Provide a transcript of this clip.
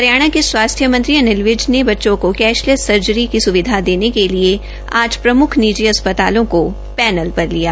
हरियाणा के स्वास्थ्य मंत्री अनिल विज ने बच्चों को कैशलैस सर्जरी की सुविधा देने के लिए आठ प्रमुख निजी अस्पतालों को पैनल पर लिया